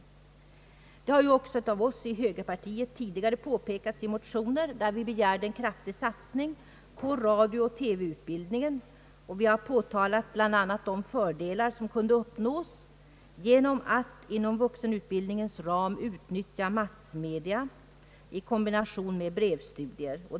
Detta har också av oss i högerpartiet tidigare påpekats i motioner, där vi begärt en kraftig satsning på radiooch TV-utbildningen. Vi har även bl.a. framhållit de fördelar som kunde uppnås genom att man inom vuxenutbildningens ram utnyttjar massmedia i kombination med brevstudier.